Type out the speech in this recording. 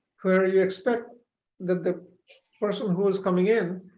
where you expect that the person who is coming in,